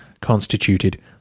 constituted